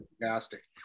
fantastic